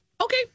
Okay